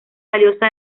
valiosa